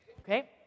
Okay